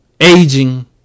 aging